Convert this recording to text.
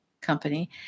company